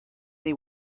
they